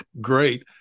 great